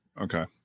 Okay